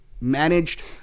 managed